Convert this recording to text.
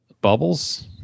Bubbles